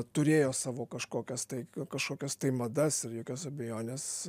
turėjo savo kažkokias tai kažkokias tai madas ir jokios abejonės